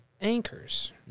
anchors